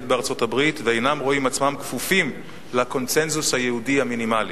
בארצות-הברית ואינם רואים עצמם כפופים לקונסנזוס היהודי המינימלי.